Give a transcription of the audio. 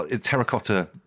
terracotta